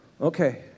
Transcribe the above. Okay